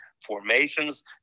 formations